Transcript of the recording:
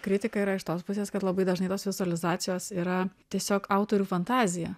kritika yra iš tos pusės kad labai dažnai tos vizualizacijos yra tiesiog autorių fantazija